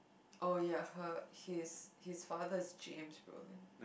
oh ya her his his father is James-Brolin